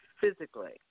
physically